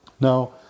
Now